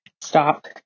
Stop